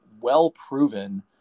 well-proven